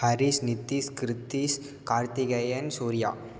Harish Nithish Krithish Karthikeyan Surya